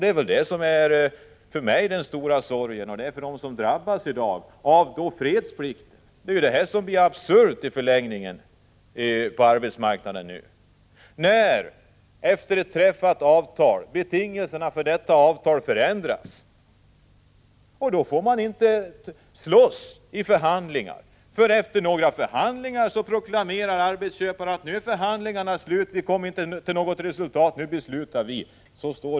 Det är detta jag till min stora sorg måste konstatera. Detsamma gäller för dem som drabbas i dag av fredsplikten. Det är ju absurt att det i förlängningen är så på arbetsmarknaden att betingelserna för ett avtal kan ändras efter det att avtalet har träffats. Då får de arbetande inte slåss i förhandlingar, eftersom arbetsköparna efter några förhandlingar bara kan proklamera att förhandlingarna inte har gett något resultat och att de följaktligen skall besluta.